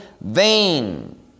vain